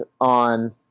on